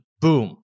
Boom